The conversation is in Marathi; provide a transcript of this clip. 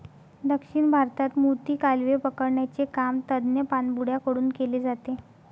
दक्षिण भारतात मोती, कालवे पकडण्याचे काम तज्ञ पाणबुड्या कडून केले जाते